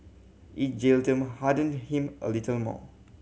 each jail term hardened him a little more